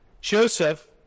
Joseph